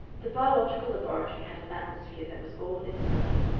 the biological laboratory had an atmosphere that was all its own.